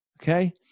Okay